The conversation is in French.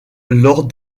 lors